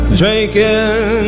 drinking